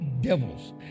devils